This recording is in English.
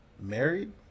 married